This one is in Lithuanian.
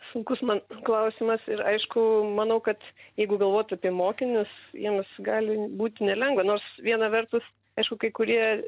sunkus man klausimas ir aišku manau kad jeigu galvot apie mokinius vienas gali būti nelengva nors viena vertus aišku kai kurie